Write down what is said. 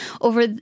over